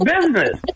Business